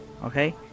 Okay